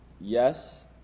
Yes